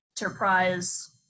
enterprise